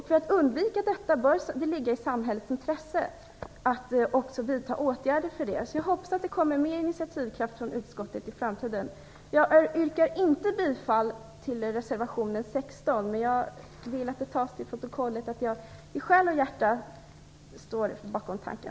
För att undvika detta bör det ligga i samhällets intresse att vidta åtgärder mot det. Jag hoppas att det kommer mer initiativkraft från utskottet i framtiden. Jag yrkar inte bifall till reservation 16, men jag vill att det tas till protokollet att jag i själ och hjärta står bakom tanken.